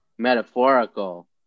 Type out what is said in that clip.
metaphorical